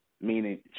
meaning